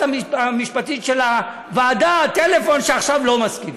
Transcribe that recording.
המשפטית של הוועדה טלפון שעכשיו לא מסכימים,